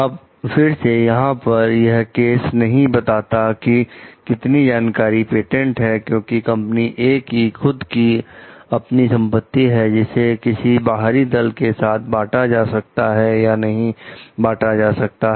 अब फिर से यहां पर यह केस नहीं बताता है कि कितनी जानकारी पेटेंट है क्योंकि कंपनी "ए" की खुद की अपनी संपत्ति है जिसे किसी बाहरी दल के साथ बांटा जा सकता है या नहीं बांटा जा सकता है